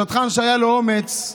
השדכן, שהיה לו אומץ,